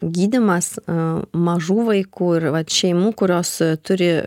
gydymas a mažų vaikų ir vat šeimų kurios turi